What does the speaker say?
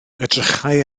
edrychai